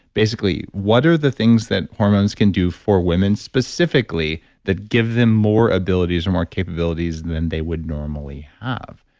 basically, what are the things that hormones can do for women specifically that give them more abilities and more capabilities than they would normally have.